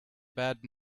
bad